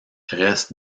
reste